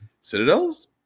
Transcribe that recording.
Citadels